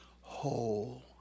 whole